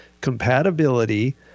compatibility